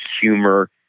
humor